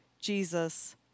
Jesus